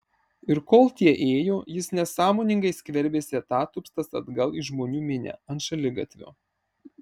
ir kol tie ėjo jis nesąmoningai skverbėsi atatupstas atgal į žmonių minią ant šaligatvio